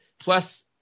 Plus